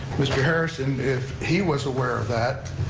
mr. harrison if he was aware of that,